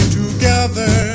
together